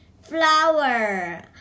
flower